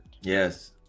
Yes